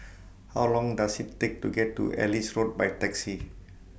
How Long Does IT Take to get to Ellis Road By Taxi